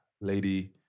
lady